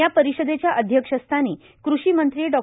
या परिषदेच्या अध्यक्षस्थानी कृषी मंत्री डॉ